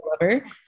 lover